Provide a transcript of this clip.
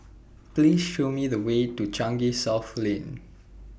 Please Show Me The Way to Changi South Lane